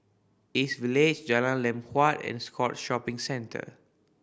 East Village Jalan Lam Huat and Scotts Shopping Centre